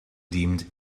deemed